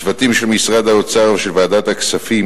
צוותים של משרד האוצר וועדת הכספים